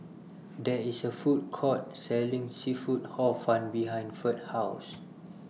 There IS A Food Court Selling Seafood Hor Fun behind Ferd's House